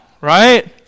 right